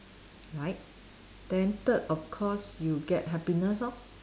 right then third of course you get happiness lor